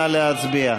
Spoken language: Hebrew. נא להצביע.